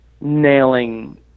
nailing